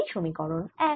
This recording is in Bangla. এটি সমীকরণ এক